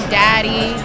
daddy